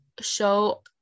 show